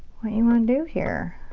what you wanna do here.